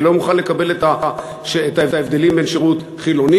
אני לא מוכן לקבל את ההבדלים בין שירות "חילוני",